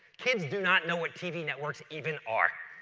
kids do not know what tv networks even are.